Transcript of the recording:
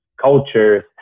cultures